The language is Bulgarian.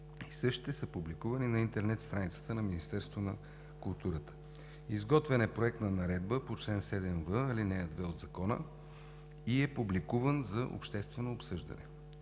същите са публикувани на интернет страницата на Министерството на културата. Изготвен е проект на наредба по чл. 7в, ал. 2 от Закона и е публикуван за обществено обсъждане.